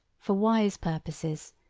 for wise purposes,